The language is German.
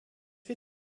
wir